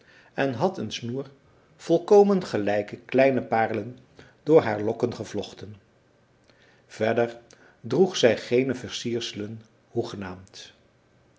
en had een snoer volkomen gelijke kleine paarlen door haar lokken gevlochten verder droeg zij geene versierselen hoegenaamd